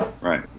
Right